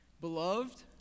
Beloved